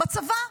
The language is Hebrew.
בצבא.